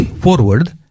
forward